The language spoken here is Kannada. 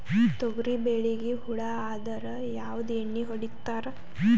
ತೊಗರಿಬೇಳಿಗಿ ಹುಳ ಆದರ ಯಾವದ ಎಣ್ಣಿ ಹೊಡಿತ್ತಾರ?